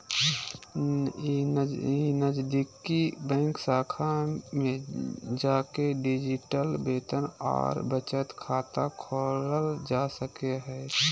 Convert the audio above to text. नजीदीकि बैंक शाखा में जाके डिजिटल वेतन आर बचत खाता खोलल जा सको हय